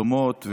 דומות,